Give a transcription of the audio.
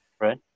right